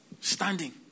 Standing